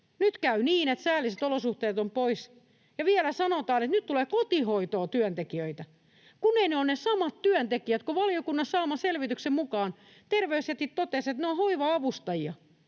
Nyt käy niin, että säälliset olosuhteet ovat pois, ja vielä sanotaan, että nyt tulee kotihoitoon työntekijöitä. Eivät ne ole ne samat työntekijät. Valiokunnan saaman selvityksen mukaan terveysjätit totesivat, että ne ovat hoiva-avustajia,